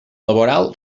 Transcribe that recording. laboral